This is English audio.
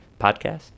podcast